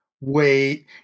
Wait